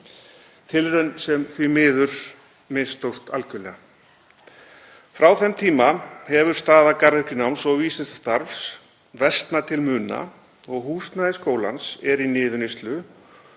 tilraun sem því miður mistókst algjörlega. Frá þeim tíma hefur staða garðyrkjunáms og vísindastarfs versnað til muna og húsnæði skólans er í niðurníðslu.